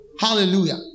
hallelujah